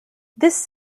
this